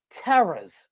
terrors